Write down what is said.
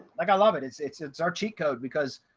like i love it, it's it's, it's our cheat code because,